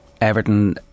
Everton